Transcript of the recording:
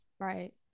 Right